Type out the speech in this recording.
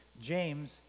James